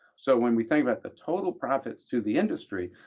so when we think about the total profits to the industry,